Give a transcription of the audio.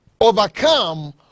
overcome